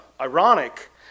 ironic